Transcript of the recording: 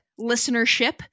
listenership